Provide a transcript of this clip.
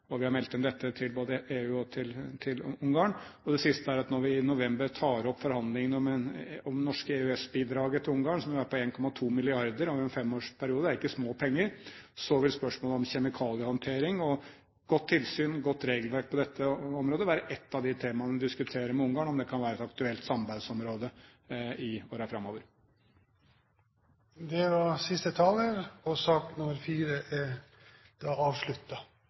og vi har meldt inn dette til både EU og Ungarn. Det siste er at når vi i november tar opp forhandlingene om det norske EØS-bidraget til Ungarn, som er på 1,2 mrd. kr over en femårsperiode – det er ikke små penger – vil spørsmålet om kjemikaliehåndtering og godt tilsyn og godt regelverk på dette området være ett av de temaene vi diskuterer med Ungarn om kan være et aktuelt samarbeidsområde i årene framover. Sak nr. 4 er avsluttet. Stortinget går da